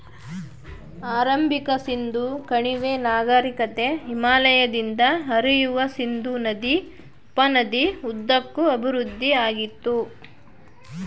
ಆರಂಭಿಕ ಸಿಂಧೂ ಕಣಿವೆ ನಾಗರಿಕತೆ ಹಿಮಾಲಯದಿಂದ ಹರಿಯುವ ಸಿಂಧೂ ನದಿ ಉಪನದಿ ಉದ್ದಕ್ಕೂ ಅಭಿವೃದ್ಧಿಆಗಿತ್ತು